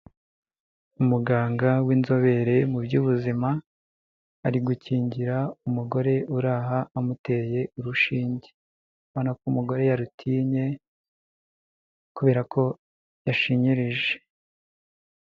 Umuganga w'inzobere mu by'ubuzima, ari gukingira umugore uri aha amuteye urushinge, abona ko umugore yarutinye kubera ko yashinyirije.